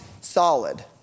solid